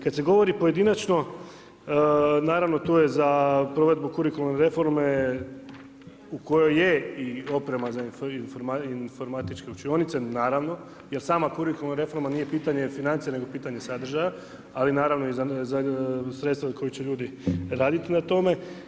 Kad se govori pojedinačno naravno, tu je za provedbu kurikularne reforme u kojoj je i oprema za informatičke učionice naravno, jer sama kurikularna reforma nije pitanje financija nego pitanje sadržaja, ali naravno i za sredstva koji će ljudi raditi na tome.